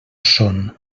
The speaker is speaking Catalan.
són